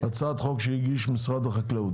הצעת חוק שהגיש משרד החקלאות.